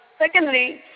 Secondly